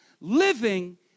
living